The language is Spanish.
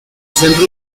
centro